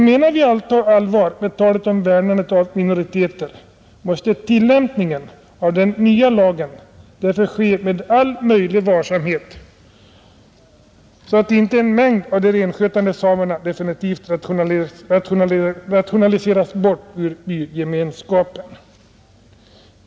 Menar vi alltså allvar med talet om värnandet av minoriteter måste tillämpningen av den nya lagen därför ske med all möjlig varsamhet, så att inte en mängd av de renskötande samerna definitivt rationaliseras bort ur bygemenskapen.